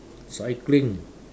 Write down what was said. cycling